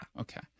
Okay